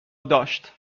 داشت